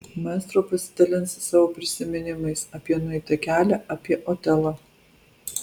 maestro pasidalins savo prisiminimais apie nueitą kelią apie otelą